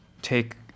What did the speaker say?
take